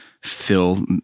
fill